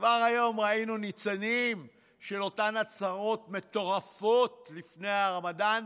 כבר היום ראינו ניצנים של אותן הצהרות מטורפות לפני הרמדאן,